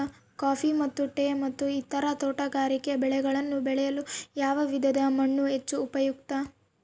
Coffee ಮತ್ತು tea ಮತ್ತು ಇತರ ತೋಟಗಾರಿಕೆ ಬೆಳೆಗಳನ್ನು ಬೆಳೆಯಲು ಯಾವ ವಿಧದ ಮಣ್ಣು ಹೆಚ್ಚು ಉಪಯುಕ್ತ?